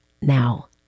now